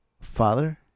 father